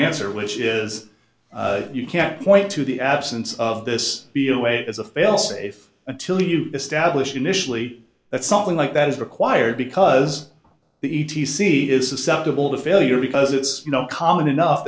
answer which is you can point to the absence of this be a way as a failsafe until you establish initially that something like that is required because the e t c is susceptible to failure because it's not common enough